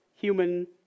human